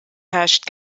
herrscht